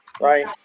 right